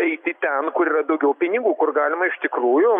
eiti ten kur yra daugiau pinigų kur galima iš tikrųjų